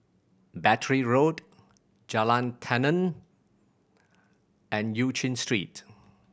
Battery Road Jalan Tenon and Eu Chin Street